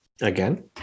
again